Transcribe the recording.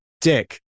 dick